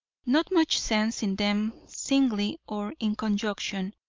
not much sense in them singly or in conjunction,